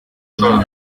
you